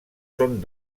són